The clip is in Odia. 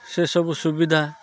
ସେ ସବୁ ସୁବିଧା